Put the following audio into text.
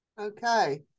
okay